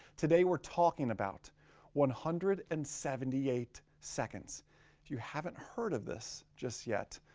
today, we're talking about one hundred and seventy eight seconds. if you haven't heard of this just yet,